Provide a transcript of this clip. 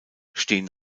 stehen